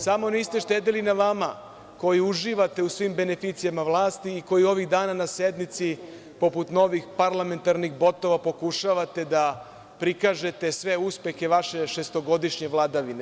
Samo niste štedeli na vama koji uživate u svim beneficijama vlasti, koji ovih dana na sednici, poput novih parlamentarnih botova, pokušavate da prikažete sve uspehe vaše šestogodišnje vladavine.